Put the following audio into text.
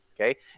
Okay